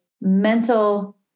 mental